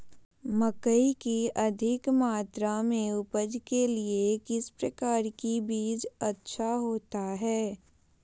मकई की अधिक मात्रा में उपज के लिए किस प्रकार की बीज अच्छा होता है?